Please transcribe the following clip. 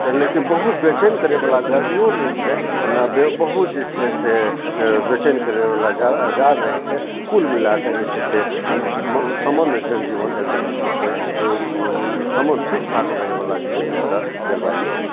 तऽ लेकिन बहुत बेचैन करै वाला गर्मीयो नहि छै आ नहि बहुत जे छै से बेचैन करयवला जाड़ रहैत छै कुलमिलाकऽ जे छै से सामान्य जन जीवन एतए जे छै से सामान्य ठीक ठाक रहै वाला जे छै से एतए जलवायु छै